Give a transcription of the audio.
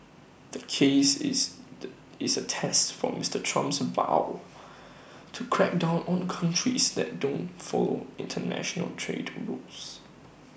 the case is the is A test for Mister Trump's vow to crack down on countries that don't follow International trade rules